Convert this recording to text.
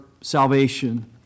salvation